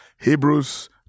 Hebrews